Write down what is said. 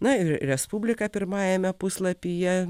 na ir respublika pirmajame puslapyje